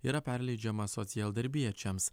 yra perleidžiama socialdarbiečiams